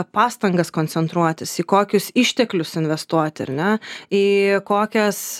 pastangas koncentruotis į kokius išteklius investuoti ar ne į kokias